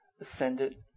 ascended